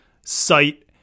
site